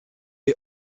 est